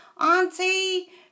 auntie